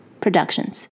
Productions